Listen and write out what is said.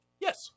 Yes